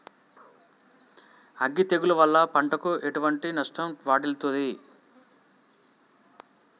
అగ్గి తెగులు వల్ల పంటకు ఎటువంటి నష్టం వాటిల్లుతది?